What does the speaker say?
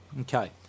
Okay